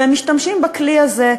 והם משתמשים בכלי הזה,